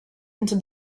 into